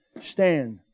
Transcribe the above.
Stand